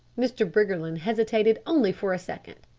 mr. briggerland hesitated only for a second.